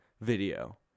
video